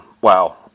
wow